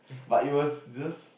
but it was just